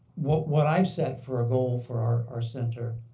what what i've set for a goal for our our center,